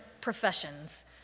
professions